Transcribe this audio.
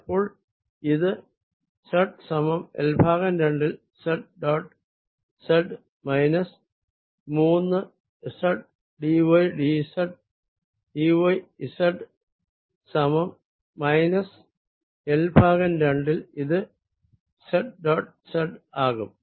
അപ്പോൾ ഇത് z സമം L ഭാഗം രണ്ടിൽ z ഡോട്ട് z മൈനസ് മൂന്ന് z d y z സമം മൈനസ് L ഭാഗം രണ്ടിൽ ഇത് z ഡോട്ട് z ആകും